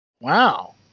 Wow